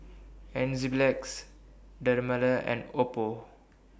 Enzyplex Dermale and Oppo